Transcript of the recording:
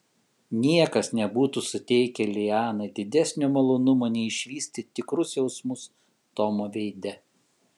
niekas nebūtų suteikę lianai didesnio malonumo nei išvysti tikrus jausmus tomo veide